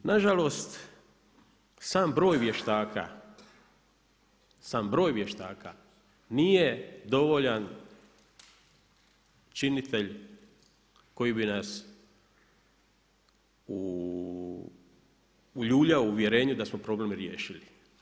Nažalost, sam broj vještaka, sam broj vještaka nije dovoljan činitelj koji bi nas uljuljao u uvjerenju da smo problem riješili.